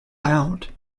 out